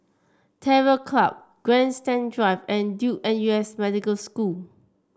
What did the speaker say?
Terror Club Grandstand Drive and Duke N U S Medical School